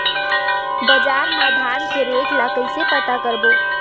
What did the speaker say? बजार मा धान के रेट ला कइसे पता करबो?